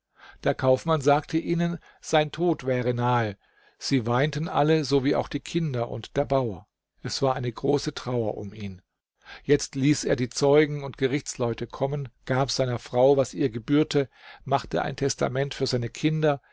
der kaufmann sagte ihnen sein tod wäre nahe sie weinten alle so wie auch die kinder und der bauer es war eine große trauer um ihn jetzt ließ er die zeugen und gerichtsleute kommen gab seiner frau was ihr gebührte machte ein testament für seine kinder